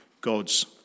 God's